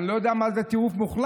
אני לא יודע מה זה טירוף מוחלט.